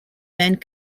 banned